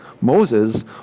Moses